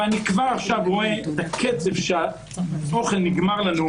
אבל אני כבר עכשיו רואה את הקצב שהאוכל נגמר לנו,